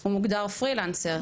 הוא מוגדר פרילנסר,